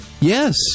yes